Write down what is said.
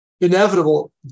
inevitable